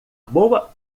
boa